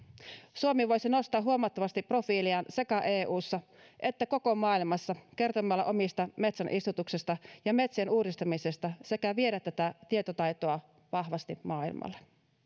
suomi voisi nostaa huomattavasti profiiliaan sekä eussa että koko maailmassa kertomalla omista metsäistutuksistaan ja metsien uudistamisesta sekä viemällä tätä tietotaitoa vahvasti maailmalle